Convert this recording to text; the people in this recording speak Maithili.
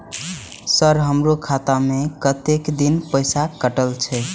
सर हमारो खाता में कतेक दिन पैसा कटल छे?